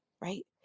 right